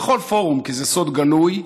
בכל פורום זה סוד גלוי: